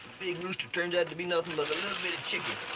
big rooster turned out to be nothing but a little bitty chicken.